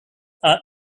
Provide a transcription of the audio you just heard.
are